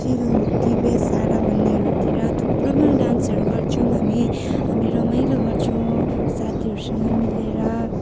चिल हो कि बेसारा भन्नेहरूतिर थुप्रोमा डान्सहरू गर्छौँ हामी हामी रमाइलो गर्छौँ साथीहरूसँग मिलेर